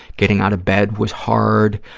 getting out of bed was hard.